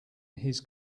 his